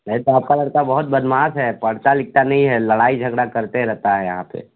वैसे आपका लड़का बहुत बदमाश है पढ़ता लिखता नहीं है लड़ाई झगड़ा करते रहता है यहाँ पे